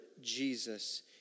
Jesus